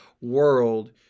world